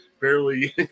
barely